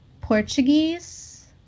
Portuguese